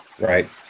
Right